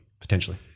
potentially